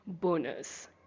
bonus